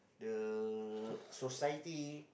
the society